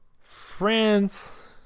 France